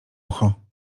ucho